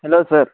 hello sir